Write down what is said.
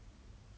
correct